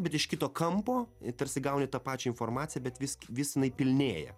bet iš kito kampo tarsi gauni tą pačią informaciją bet vis vis jinai pilnėja